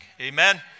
Amen